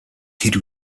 тэр